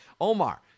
Omar